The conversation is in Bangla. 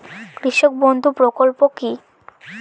কৃষক বন্ধু প্রকল্প কি?